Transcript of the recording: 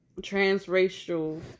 transracial